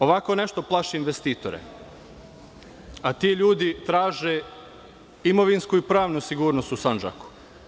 Ovako nešto plaši investitore, a ti ljudi traže imovinsku i pravnu sigurnost u Sandžaku.